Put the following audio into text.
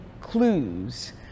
clues